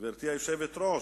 גברתי היושבת-ראש,